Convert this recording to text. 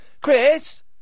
Chris